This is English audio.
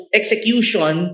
execution